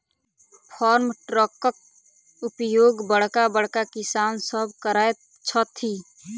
farm ट्रकक उपयोग बड़का बड़का किसान सभ करैत छथि